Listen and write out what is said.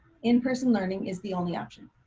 in person learning is the only option.